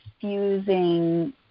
fusing